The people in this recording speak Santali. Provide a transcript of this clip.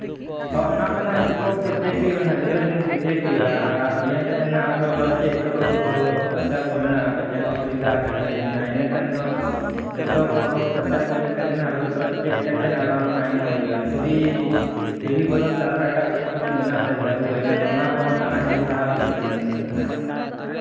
ᱦᱮᱸ ᱚᱱᱟ ᱠᱚ ᱦᱟᱸᱜ ᱪᱮᱠᱟᱯ ᱠᱚ ᱪᱮᱠ ᱦᱩᱭᱩᱜᱼᱟ ᱦᱟᱸᱜ ᱡᱚᱛᱚ ᱡᱤᱱᱤᱥ ᱜᱮ ᱪᱮᱠ ᱦᱩᱭᱩᱜᱼᱟ ᱟᱨ ᱧᱮᱞ ᱠᱟᱛᱮᱫ ᱱᱟᱜᱷ ᱟᱨᱦᱚᱸ ᱪᱮᱫ ᱠᱚ ᱨᱳᱜᱽ ᱟᱡᱟᱨ ᱠᱚ ᱢᱮᱱᱟᱜᱼᱟ ᱯᱟᱪᱮᱫ ᱱᱚᱣᱟ ᱚᱥᱩᱵᱤᱫᱷᱟ ᱟᱠᱟᱱ ᱜᱮᱭᱟᱵᱤᱱ ᱦᱟᱸᱜ ᱤᱱᱟᱹ ᱠᱷᱟᱱ ᱫᱚ ᱡᱚᱛᱚ ᱠᱚ ᱨᱳᱜᱽ ᱟᱡᱟᱨ ᱠᱚ ᱧᱮᱞ ᱠᱟᱛᱮᱫ ᱦᱟᱸᱜ ᱟᱨᱦᱚᱸ ᱫᱚᱥᱨᱟ ᱪᱮᱠ ᱠᱟᱛᱮᱫ ᱦᱟᱸᱜ ᱨᱟᱱ ᱦᱟᱸᱜ ᱮᱢᱚᱜ ᱦᱩᱭᱩᱜᱼᱟ ᱡᱩᱫᱤ ᱴᱤᱵᱷᱤ ᱵᱚᱫᱚᱞ ᱛᱮ ᱟᱨᱦᱚᱸ ᱮᱴᱟᱜ ᱟᱜ ᱠᱚ ᱛᱟᱹᱵᱤᱱ ᱢᱮᱱᱟᱜ ᱛᱟᱹᱵᱤᱱᱟ ᱨᱩᱣᱟᱹ ᱮᱰᱮᱠᱷᱟᱱ ᱚᱱᱟ ᱠᱚᱦᱚᱸ ᱛᱚ ᱦᱟᱸᱜ ᱧᱮᱞ ᱥᱟᱦᱟᱣ ᱦᱩᱭᱩᱜ ᱛᱟᱵᱮᱱᱟ ᱱᱟᱥᱮᱱᱟᱜ